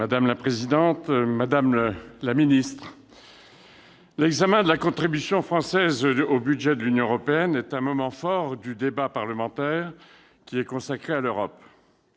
Madame la présidente, madame la ministre, mes chers collègues, l'examen de la contribution française au budget de l'Union européenne est un moment fort du débat parlementaire consacré à l'Europe.